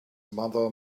mother